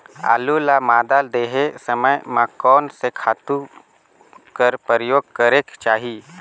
आलू ल मादा देहे समय म कोन से खातु कर प्रयोग करेके चाही?